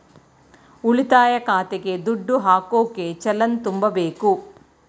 ಉಳಿತಾಯ ಖಾತೆಗೆ ದುಡ್ಡು ಹಾಕೋಕೆ ಚಲನ್ ತುಂಬಬೇಕು